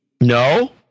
no